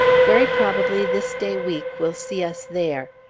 very probably this day week will see us there.